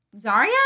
Zarya